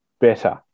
better